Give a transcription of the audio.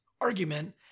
argument